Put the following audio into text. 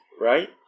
right